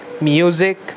music